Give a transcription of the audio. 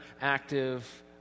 active